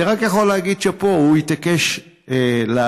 אני רק יכול להגיד שפה הוא התעקש לעלות